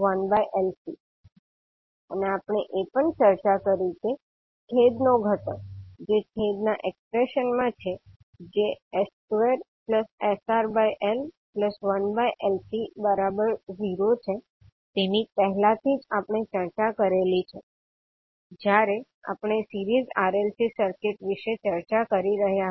1LCs2sRL1LC અને આપણે એ પણ ચર્ચા કરી કે છેદનો ઘટક જે છેદ ના એક્સપ્રેશન માં છે જે s2sRL1LC0 છે તેની પહેલાથી જ આપણે ચર્ચા કરેલી છે જ્યારે આપણે સિરીઝ RLC સર્કીટ વિશે ચર્ચા કરી રહ્યા હતા